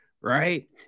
right